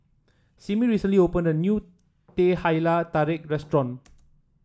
Simmie recently opened a new Teh Halia Tarik restaurant